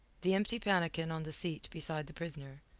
the empty pannikin on the seat beside the prisoner,